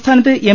സംസ്ഥാനത്ത് എം